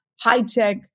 high-tech